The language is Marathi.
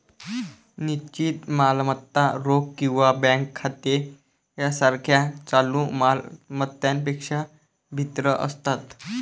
निश्चित मालमत्ता रोख किंवा बँक खाती यासारख्या चालू माल मत्तांपेक्षा भिन्न असतात